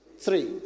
Three